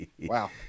Wow